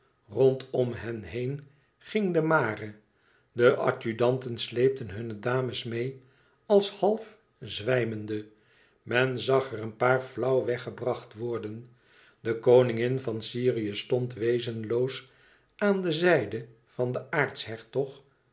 rondom hen heen ging de mare de adjudanten sleepten hunne dames meê als half zwijmende men zag er een paar flauw weggebracht worden de koningin van syrië stond wezenloos aan de zijde van de aartshertog